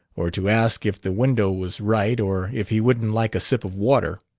or to ask if the window was right or if he wouldn't like a sip of water.